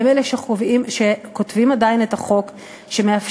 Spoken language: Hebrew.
כי הם שכותבים עדיין את החוק שמאפשר,